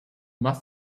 must